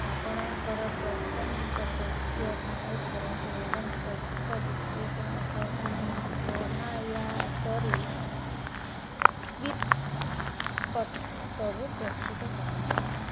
ଆପଣଙ୍କର ପ୍ରସଙ୍ଗିକ ତଥ୍ୟ ଟାଇପ୍ କରନ୍ତୁ ଏବଂ ତଥ୍ୟ ବିଶ୍ଳେଷଣ ପାଇଁ ଅନାୟାସରେ ସ୍କ୍ରିପ୍ଟ ସବୁ ପ୍ରସ୍ତୁତ କରନ୍ତୁ